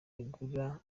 igura